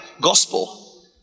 gospel